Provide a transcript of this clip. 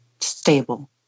stable